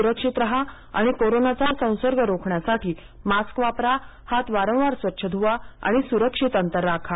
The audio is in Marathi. सुरक्षित राहा आणि कोरोना संसर्ग रोखण्यासाठी मास्क वापरा हात वारंवार स्वच्छ धुवा सुरक्षित अंतर ठेवा